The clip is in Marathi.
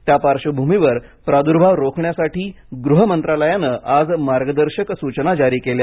त्या पार्श्वभूमीवर प्रादुर्भाव रोखण्यासाठी गृह मंत्रालयानं आज मार्गदर्शक सूचना जारी केल्या